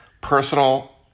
personal